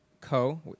Co